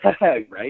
right